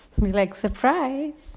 like surprise